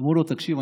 הם אמרו לו: תקשיב,